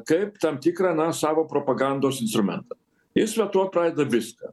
kaip tam tikrą na savo propagandos instrumentą jis nuo to pradeda viską